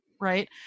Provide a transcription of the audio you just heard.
right